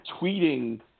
tweeting